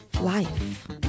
life